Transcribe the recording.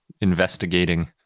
investigating